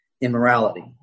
Immorality